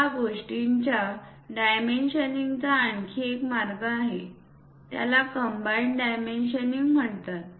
या गोष्टींच्या डायमेन्शनिंग चा आणखी एक मार्ग आहेज्याला कंबाइनड डायमेन्शनिंग म्हणतात